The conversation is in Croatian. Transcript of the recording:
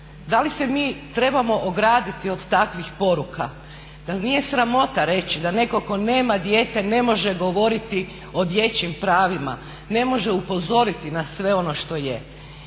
Da li se mi trebamo ograditi od takvih poruka? Dal' nije sramota reći da netko tko nema dijete ne može govoriti o dječjim pravima, ne može upozoriti na sve ono što je.